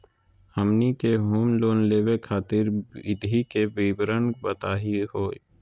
हमनी के home loan लेवे खातीर विधि के विवरण बताही हो?